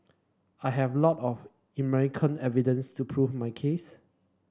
I have lot of evidence to prove my case